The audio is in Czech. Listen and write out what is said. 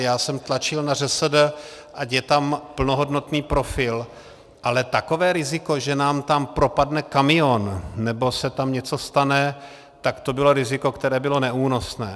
Já jsem tlačil na ŘSD, ať je tam plnohodnotný profil, ale takové riziko, že nám tam propadne kamion nebo se tam něco stane, to bylo riziko, které bylo neúnosné.